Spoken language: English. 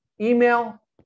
email